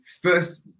First